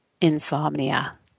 insomnia